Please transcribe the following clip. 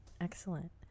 excellent